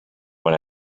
when